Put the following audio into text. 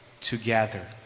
together